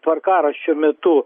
tvarkaraščio metu